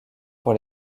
pour